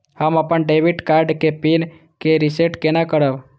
हम अपन debit card के पिन के रीसेट केना करब?